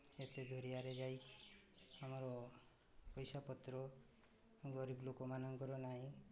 ଏତେ ଦୂରିଆରେ ଯାଇ ଆମର ପଇସାପତ୍ର ଗରିବ ଲୋକମାନଙ୍କର ନାହିଁ